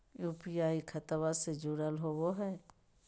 UPI खतबा से जुरल होवे हय?